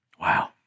Wow